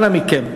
אנא מכם,